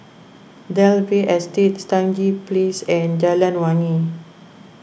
Dalvey Estate Stangee Place and Jalan Wangi